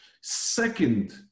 Second